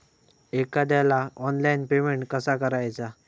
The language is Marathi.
एखाद्याला ऑनलाइन पेमेंट कसा करायचा?